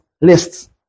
lists